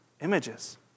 images